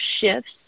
shifts